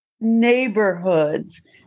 neighborhoods